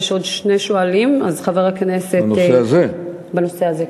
יש עוד שני שואלים בנושא הזה,